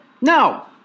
No